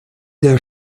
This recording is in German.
der